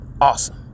awesome